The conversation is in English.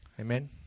Amen